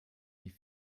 die